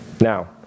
Now